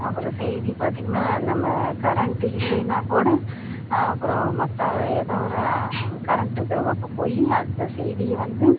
அப்புறம் செய்தி பார்த்தீங்கன்னா நம்ம கரண்ட் இல்லைன்னா கூட அப்புறம் மற்ற எதோ ஒரு கரண்ட் இருக்கிற பக்கம் போய் அந்த செய்தியை வந்து